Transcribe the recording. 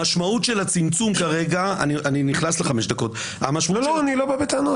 המשמעות של הצמצום כרגע אני נכנס לחמש דקות --- אני לא בא בטענות.